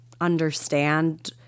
understand